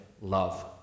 love